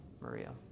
Maria